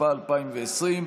התשפ"א 2020,